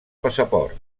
passaport